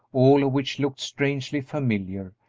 all of which looked strangely familiar,